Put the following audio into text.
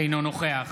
אינו נוכח